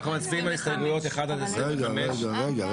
אנחנו מצביעים על הסתייגויות 1 עד 25. רגע,